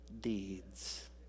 deeds